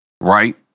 right